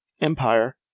Empire